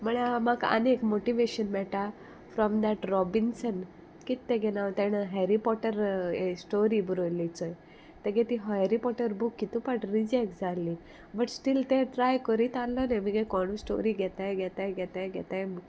म्हळ्या म्हाका आनी एक मोटिवेशन मेयटा फ्रॉम दॅट रॉबिन्सन कित तेगे नांव तेणें हॅरी पोटर हें स्टोरी बरोली चोय तेगे तें हॅरी पोटर बूक कितू पाट रिजॅक्ट जाल्ली बट स्टील तें ट्राय करीत आहलोलें मुगे कोण स्टोरी घेताय घेताय घेताय घेताय म्हूण